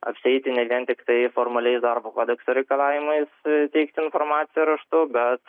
apsieiti ne vien tiktai formaliais darbo kodekso reikalavimais teikti informaciją raštu bet